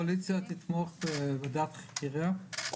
הקואליציה תתמוך בוועדת חקירה?